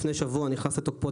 לפני שבוע הוא נכנס לתוקפו,